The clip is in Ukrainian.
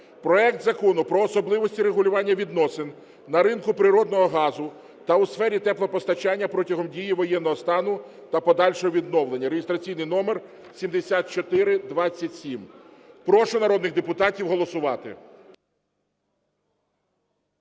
проект Закону про особливості регулювання відносин на ринку природного газу та у сфері теплопостачання протягом дії воєнного стану та подальшого відновлення (реєстраційний номер 7427). Прошу народних депутатів голосувати.